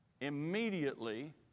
immediately